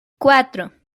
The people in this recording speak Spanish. cuatro